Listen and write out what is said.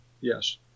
yes